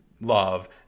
love